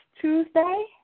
Tuesday